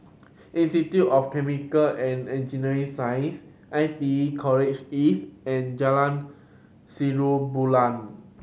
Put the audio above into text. Institute of Chemical and Engineering Sciences I T E College East and Jalan Bulan